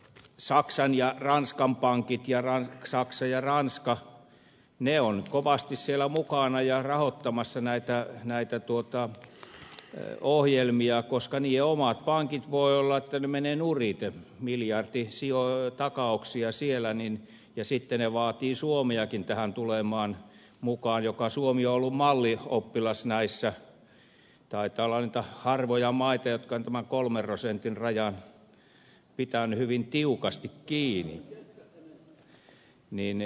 saksan ja ranskan pankki ciaran saksa ja ranska ovat kovasti siellä mukana ja rahoittamassa näitä ohjelmia koska niiden omat pankit voivat mennä nurin miljarditakauksia on siellä ja sitten ne vaativat suomeakin tähän tulemaan mukaan suomea joka on ollut mallioppilas näissä taitaa olla niitä harvoja maita jotka tästä kolmen prosentin rajasta on pitänyt hyvin tiukasti kiinni